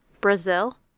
Brazil